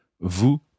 vous